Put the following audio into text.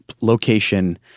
location